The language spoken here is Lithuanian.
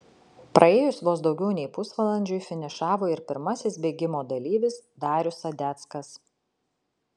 praėjus vos daugiau nei pusvalandžiui finišavo ir pirmasis bėgimo dalyvis darius sadeckas